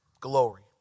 glory